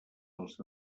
els